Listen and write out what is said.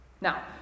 Now